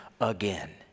again